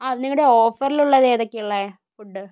അ നിങ്ങളുടെ ഓഫറിലുള്ളത് ഏതൊക്കെയാ ഉള്ളത് ഫുഡ്